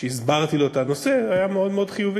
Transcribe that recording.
שהסברתי לו את הנושא, היה מאוד מאוד חיובי.